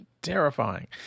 Terrifying